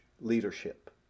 leadership